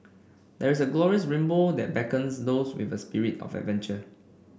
there is a glorious rainbow that beckons those with a spirit of adventure